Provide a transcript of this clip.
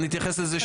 אתייחס לזה.